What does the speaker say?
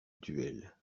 duel